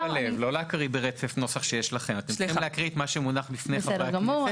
(ד)לשם אכיפת הפרות תעבורה,